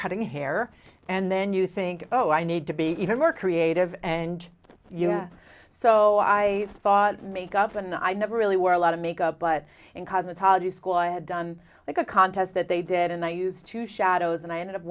cutting hair and then you think oh i need to be even more creative and you know so i thought makeup and i never really were a lot of makeup but in cosmetology school i had done like a contest that they did and i used to shadows and i ended up